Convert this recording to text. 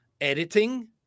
editing